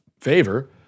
favor